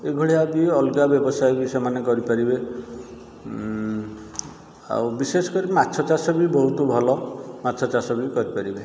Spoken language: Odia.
ଏଇଭଳିଆ ବି ଅଲଗା ବ୍ୟବସାୟ ବି ସେମାନେ କରିପାରିବେ ଆଉ ବିଶେଷକରି ମାଛ ଚାଷ ବି ବହୁତ ଭଲ ମାଛ ଚାଷ ବି କରିପାରିବେ